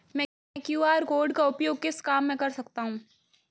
मैं QR code का उपयोग किस काम में कर सकता हूं?